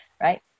Right